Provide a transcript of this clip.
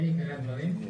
אלו הדברים,